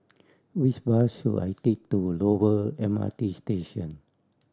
which bus should I take to Dover M R T Station